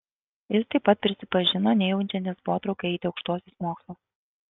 jis taip pat prisipažino nejaučiantis potraukio eiti aukštuosius mokslus